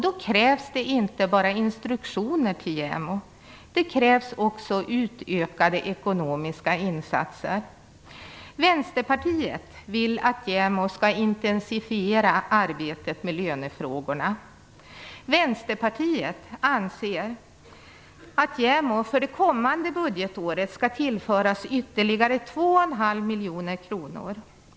Det krävs inte bara instruktioner till JämO. Det krävs också utökade ekonomiska insatser. Vänsterpartiet vill att JämO skall intensifiera arbetet med lönefrågorna. Vänsterpartiet anser att JämO för det kommande budgetåret skall tillföras ytterligare 2,5 miljoner kronor.